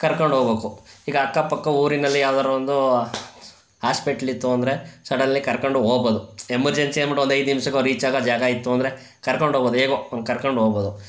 ಕರ್ಕೊಂಡು ಹೋಗ್ಬೇಕು ಈಗ ಅಕ್ಕಪಕ್ಕ ಊರಿನಲ್ಲಿ ಯಾವ್ದಾದ್ರು ಒಂದು ಹಾಸ್ಪೆಟ್ಲಿತ್ತು ಅಂದರೆ ಸಡನ್ಲಿ ಕರ್ಕೊಂಡು ಹೋಗ್ಬೋದು ಎಮರ್ಜನ್ಸಿ ಅಂದ್ಬಿಟ್ಟು ಒಂದು ಐದು ನಿಮ್ಷಕ್ಕೆ ಅವ್ರು ರೀಚಾಗೋ ಜಾಗ ಇತ್ತು ಅಂದರೆ ಕರ್ಕೊಂಡು ಹೋಗ್ಬೋದು ಹೇಗೋ ಒಂದು ಕರ್ಕೊಂಡು ಹೋಗ್ಬೋದು